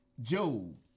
Job